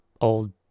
old